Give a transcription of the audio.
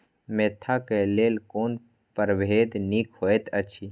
Mentha क लेल कोन परभेद निक होयत अछि?